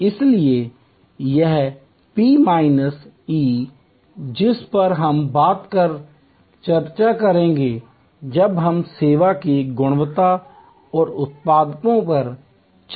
इसलिए यह P minus E जिस पर हम बाद में चर्चा करेंगे जब हम सेवा की गुणवत्ता और उत्पादकता पर चर्चा करेंगे